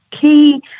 key